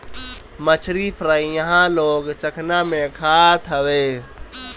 मछरी फ्राई इहां लोग चखना में खात हवे